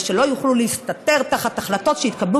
ושלא יוכלו להסתתר תחת החלטות שהתקבלו